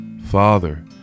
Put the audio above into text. Father